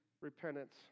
repentance